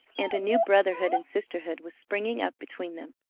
and a new brotherhood and sisterhood was springing up between them.